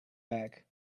back